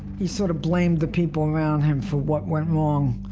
he sort of blamed the people around him for what went wrong